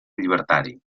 llibertari